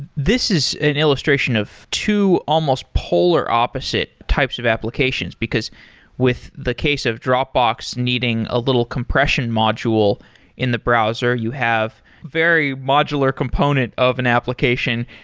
this is an illustration of two almost polar opposite types of applications, because with the case of dropbox needing a little compression module in the browser, you have very modular component of an application.